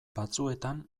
batzuetan